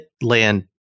land